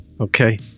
okay